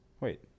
Wait